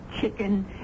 chicken